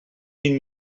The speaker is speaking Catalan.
vint